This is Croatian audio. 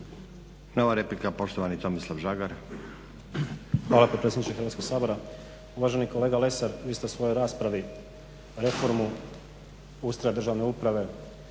Nova replika, poštovani Tomislav Žagar. **Žagar, Tomislav (SDP)** Hvala potpredsjedniče Hrvatskog sabora. Uvaženi kolega Lesar, vi ste u svojoj raspravi reformu ustroja državne uprave